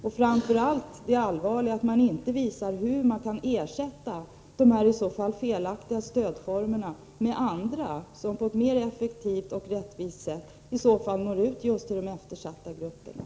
Och det mest allvarliga är att moderaterna i sina reservationerinte kan ersätta dessa, som det sägs, felaktiga stödformer med andra, som på ett mer effektivt och rättvist sätt skulle nå ut till de eftersatta grupperna.